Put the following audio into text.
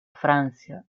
francia